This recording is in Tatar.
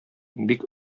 бик